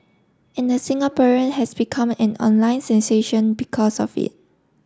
and the Singaporean has become an online sensation because of it